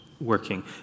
working